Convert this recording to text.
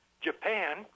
Japan